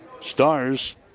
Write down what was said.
Stars